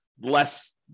less